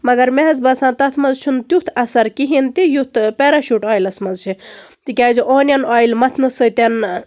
مگر مےٚ حظ باسان تَتھ منٛز چھُنہٕ تیُتھ اثر کِہیٖنۍ تہِ یُتھ پیراشوٗٹ اویِلَس منٛز چھِ تِکیازِ اونیَن اویِل مَتھنہٕ سۭتۍ